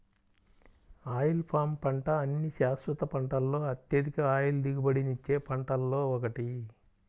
oil palm పంట అన్ని శాశ్వత పంటలలో అత్యధిక ఆయిల్ దిగుబడినిచ్చే పంటలలో ఒకటి